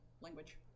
language